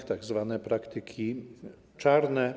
To tzw. praktyki czarne.